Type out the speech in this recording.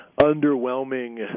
underwhelming